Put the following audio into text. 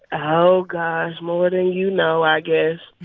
oh gosh, more than you know, i guess